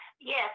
Yes